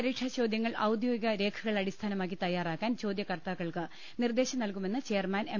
പരീക്ഷാചോദ്യങ്ങൾ ഔദ്യോഗിക രേഖകൾ അടിസ്ഥാ നമാക്കി തയ്യാറാക്കാൻ ചോദ്യകർത്താക്കൾക്ക് നിർദ്ദേശം നൽകുമെന്ന് ചെയർമാൻ എം